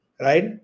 Right